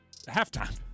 halftime